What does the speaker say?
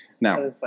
Now